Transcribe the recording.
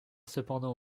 cependant